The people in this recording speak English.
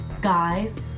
guys